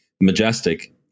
majestic